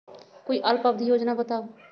कोई अल्प अवधि योजना बताऊ?